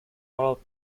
followed